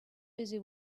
busy